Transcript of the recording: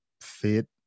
fit